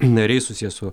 nariai susiję su